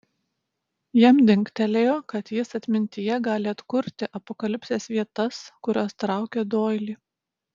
jam dingtelėjo kad jis atmintyje gali atkurti apokalipsės vietas kurios traukė doilį